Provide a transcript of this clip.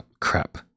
crap